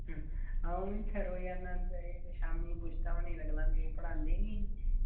हां अऊं इत्थै रोज आना ते शामी पुशतां नीं ते गलांदा ओह् पढ़ांदे नी